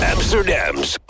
Amsterdam's